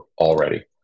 already